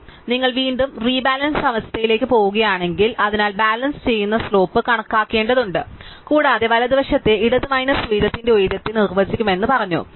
അതിനാൽ നിങ്ങൾ വീണ്ടും റീബാലൻസ് അവസ്ഥയിലേക്ക് പോകുകയാണെങ്കിൽ അതിനാൽ ബാലൻസ് ചെയ്യുന്നതിന് സ്ലോപ്പ് കണക്കാക്കേണ്ടതുണ്ട് കൂടാതെ വലതുവശത്തെ ഇടത് മൈനസ് ഉയരത്തിന്റെ ഉയരത്തെ നിർവ്വചിക്കുമെന്ന് ഞങ്ങൾ പറഞ്ഞു